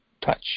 touch